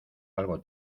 algo